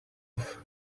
off